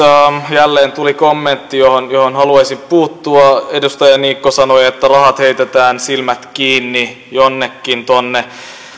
jälleen tuli kommentti johon johon haluaisin puuttua edustaja niikko sanoi että rahat heitetään silmät kiinni tuonne jonnekin